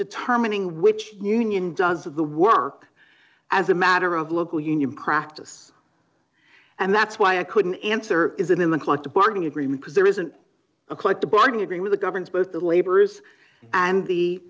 determining which union does the work as a matter of local union practice and that's why i couldn't answer isn't in the collective bargaining agreement because there isn't a collective bargain agree with the governors but the laborers and the